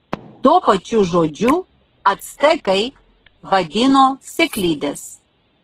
tuo pačiu žodžiu actekai vadino sėklides